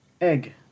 egg